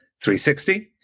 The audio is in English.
360